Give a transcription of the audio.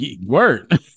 Word